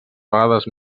vegades